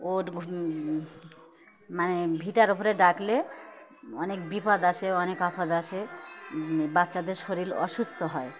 ওর মানে ভিটার ওপরে ডাকলে অনেক বিপদ আসে অনেক আপদ আসে বাচ্চাদের শরীর অসুস্থ হয়